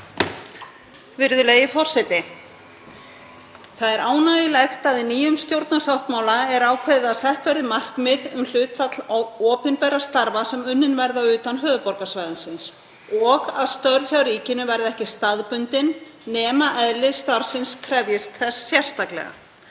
Virðulegi forseti. Það er ánægjulegt að í nýjum stjórnarsáttmála er ákveðið að sett verði markmið um hlutfall opinberra starfa sem unnin verða utan höfuðborgarsvæðisins og að störf hjá ríkinu verða ekki staðbundin nema eðli starfsins krefjist þess sérstaklega.